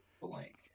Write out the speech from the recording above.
blank